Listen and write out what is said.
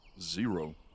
Zero